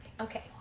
Okay